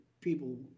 people